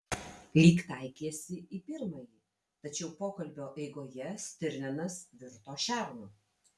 lyg taikėsi į pirmąjį tačiau pokalbio eigoje stirninas virto šernu